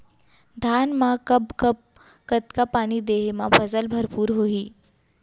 धान मा कब कब कतका पानी देहे मा फसल भरपूर होही?